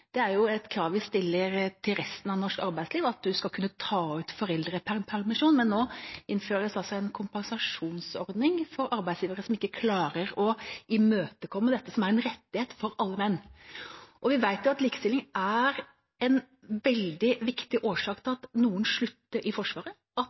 Det er et krav vi stiller til resten av norsk arbeidsliv, at man skal kunne ta ut foreldrepermisjon, men nå innføres altså en kompensasjonsordning for arbeidsgivere som ikke klarer å imøtekomme dette, som er en rettighet for alle menn. Vi vet at likestilling er en veldig viktig årsak til at